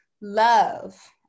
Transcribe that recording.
love